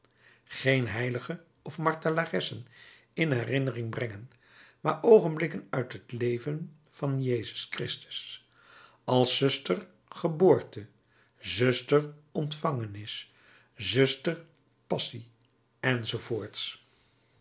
geen heiligen of martelaressen in herinnering brengen maar oogenblikken uit het leven van jezus christus als zuster geboorte zuster ontvangenis zuster passie